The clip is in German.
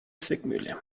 zwickmühle